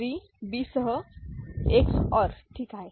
तरB3Bसह XOR ठीक आहे